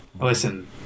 listen